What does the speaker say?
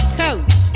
coat